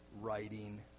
writing